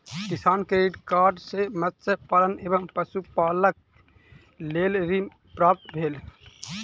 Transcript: किसान credit card सॅ मत्स्य पालन एवं पशुपालनक लेल ऋण प्राप्त भेल